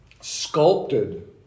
sculpted